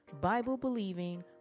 Bible-believing